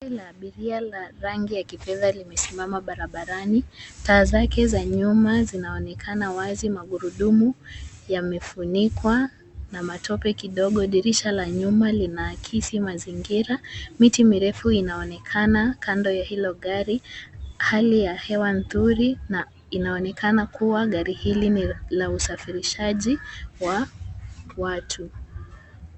Gari la abiria la rangi ya kifedha limesimama barabarani. Taa zake za nyuma zinaonekana wazi. Magurudumu yamefunikwa na matope kidogo. Dirisha la nyuma linaakisi mazingira. Miti mirefu inaonekana kando ya hilo gari. Hali ya hewa ni nzuri na inaonekana kuwa gari hili ni la usafirishaji wa watu.